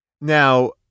Now